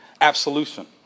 absolution